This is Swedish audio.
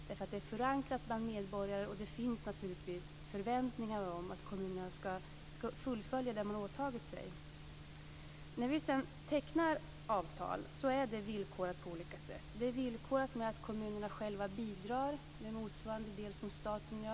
Detta är ju förankrat bland medborgare och det finns naturligtvis förväntningar om att kommunerna ska fullfölja vad de åtagit sig. När vi sedan tecknar avtal är det hela villkorat på olika sätt. Det är villkorat med att kommunerna själva bidrar med en del motsvarande vad staten bidrar med.